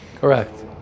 Correct